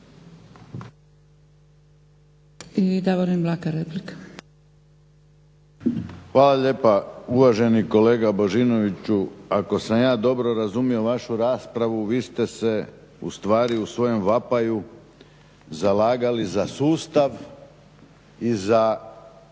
Hvala lijepa uvaženi kolega Božinoviću. Ako sam ja dobro razumio vašu raspravu vi ste se ustvari u svojem vapaju zalagali za sustav i za